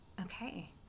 Okay